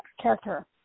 character